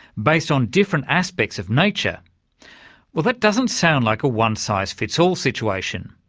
based on different aspects of nature well, that doesn't sound like a one size fits all situation.